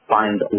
find